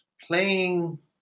playing